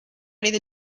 carry